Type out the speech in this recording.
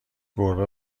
گربه